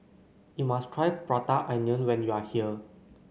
you must try Prata Onion when you are here